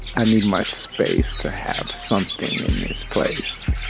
i need my space to have something in this place.